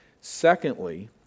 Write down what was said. Secondly